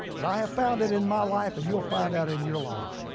but i have found it in my life and you'll find out in your life.